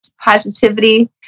positivity